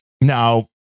Now